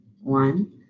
one